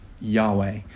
Yahweh